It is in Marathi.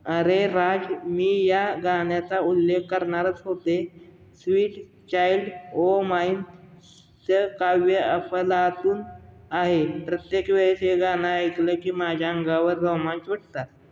अरे राज मी या गाण्याचा उल्लेख करणारच होते स्वीट चाइल्ड ओ माईमचं काव्य अफलातून आहे प्रत्येक वेळेस हे गाणं ऐकलं की माझ्या अंगावर रोमांच उठतात